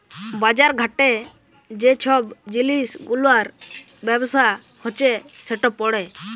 বাজার ঘাটে যে ছব জিলিস গুলার ব্যবসা হছে সেট পড়ে